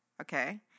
Okay